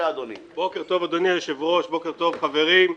בוקר טוב אדוני היושב ראש, בוקר טוב חברים.